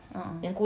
a'ah